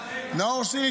נאור שירי,